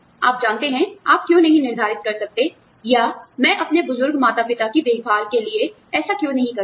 आप जानते हैं आप क्यों नहीं निर्धारित कर सकते हैं या मैं अपने बुजुर्ग माता पिता की देखभाल के लिए ऐसा क्यों नहीं कर सकता